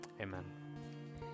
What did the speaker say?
amen